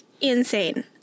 Insane